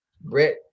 Brett